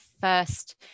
first